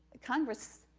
congress,